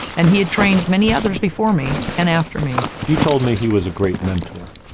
and he had trained many others before me and after me. you told me he was a great mentor.